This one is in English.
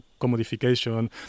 commodification